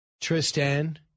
Tristan –